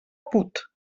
put